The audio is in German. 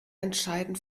entscheidend